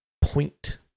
point